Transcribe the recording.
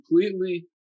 completely